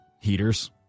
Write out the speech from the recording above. heaters